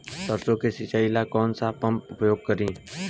सरसो के सिंचाई ला कौन सा पंप उपयोग करी?